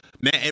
man